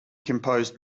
composed